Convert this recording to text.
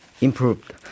improved